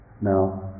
Now